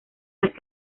las